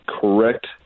correct